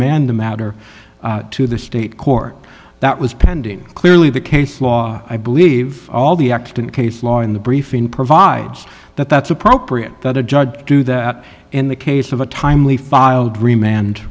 the matter to the state court that was pending clearly the case law i believe all the act in case law in the briefing provides that that's appropriate that a judge do that in the case of a timely filed remained